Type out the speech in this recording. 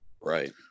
Right